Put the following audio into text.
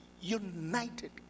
united